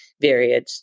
varied